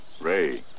Ray